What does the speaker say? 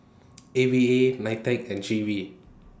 A V A NITEC and G V